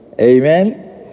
Amen